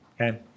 okay